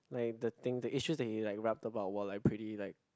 like the thing the issues that he like rapped about were like pretty like